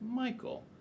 Michael